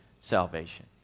salvation